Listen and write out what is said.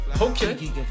Okay